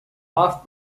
off